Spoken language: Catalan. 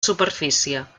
superfície